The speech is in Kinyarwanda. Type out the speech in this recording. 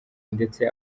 ndetse